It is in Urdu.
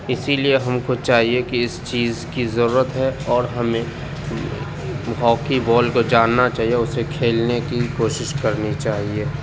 اسی لیے ہم کو چاہیے کہ اس چیز کی ضرورت ہے اور ہمیں ہاکی بال کو جاننا چاہیے اور اسے کھیلنے کی کوشش کرنی چاہیے